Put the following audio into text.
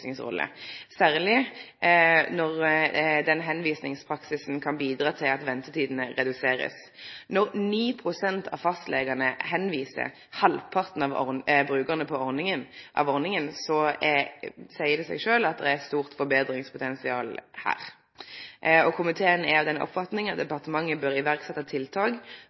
særleg når ein slik tilvisingspraksis kan bidra til at ventetidene blir reduserte. Når 9 pst. av fastlegane tilviser halvparten av brukarane av ordninga, seier det seg sjølv at det er eit stort forbetringspotensial her. Komiteen er av den oppfatninga at departementet bør setje i verk tiltak